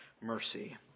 mercy